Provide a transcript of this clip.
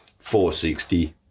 460